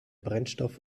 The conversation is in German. brennstoff